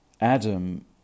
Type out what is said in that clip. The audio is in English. Adam